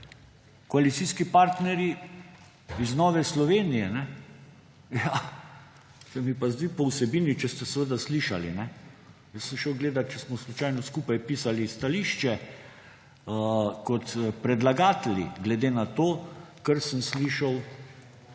koalicijski partnerji iz Nove Slovenije … Ja, se mi pa zdi po vsebini, če ste seveda slišali, sem šel gledat, če smo slučajno skupaj pisali stališče kot predlagatelji, glede na to, kar sem slišal